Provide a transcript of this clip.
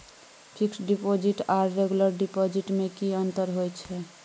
Fix deposit आर regular deposit में की अंतर होय छै?